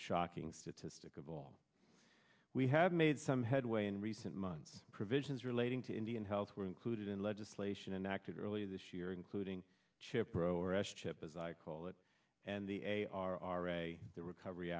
shocking statistic of all we have made some headway in recent months provisions relating to indian health were included in legislation enacted earlier this year including chip pro russian ship as i call it and the a r r a the recovery